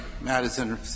Madison